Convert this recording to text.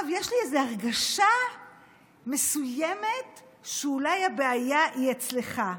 יש לי איזו הרגשה מסוימת שאולי הבעיה היא אצלך,